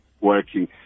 Working